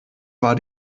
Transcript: war